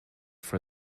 for